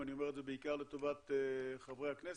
אני אומר את זה בעיקר לטובת חברי הכנסת,